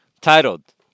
Titled